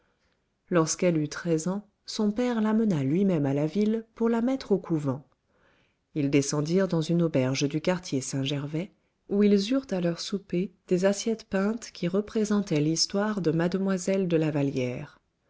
lorsqu'elle eut treize ans son père l'amena lui-même à la ville pour la mettre au couvent ils descendirent dans une auberge du quartier saint-gervais où ils eurent à leur souper des assiettes peintes qui représentaient l'histoire de mademoiselle de